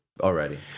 Already